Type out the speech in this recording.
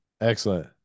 Excellent